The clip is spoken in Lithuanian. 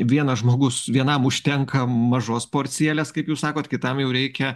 vienas žmogus vienam užtenka mažos porcijėlės kaip jūs sakot kitam jau reikia